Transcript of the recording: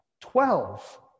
twelve